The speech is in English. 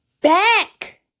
back